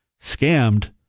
scammed